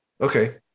Okay